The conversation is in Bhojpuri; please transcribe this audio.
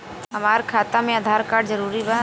हमार खाता में आधार कार्ड जरूरी बा?